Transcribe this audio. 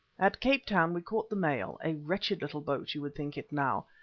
at cape town we caught the mail, a wretched little boat you would think it now,